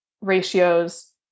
ratios